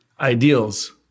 ideals